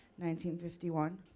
1951